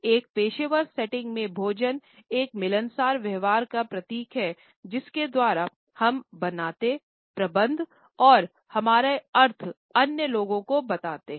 एक पेशेवर सेटिंग्स में भोजन एक मिलनसार व्यवहार का प्रतीक है जिसके द्वारा हम बनाते प्रबंधन और हमारे अर्थ अन्य लोगों को बताते हैं